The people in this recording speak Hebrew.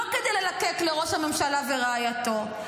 לא כדי ללקק לראש הממשלה ורעייתו,